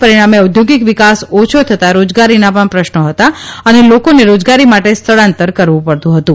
પરણામે ઔદ્યોગક્વિકાસ ઓછો થતાં રોજગારીના પણ પ્રશક્ષેતા અને લોકોને રોજગારી માટે સ્થળાંતર કરવું પડતું હતું